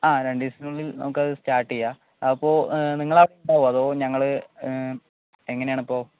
ആ രണ്ട് ദിവസത്തിനുള്ളിൽ നമുക്കത് സ്റ്റാർട്ട് ചെയ്യാം അപ്പോൾ നിങ്ങൾ അതോ ഞങ്ങൾ എങ്ങനെയാണ് അപ്പോൾ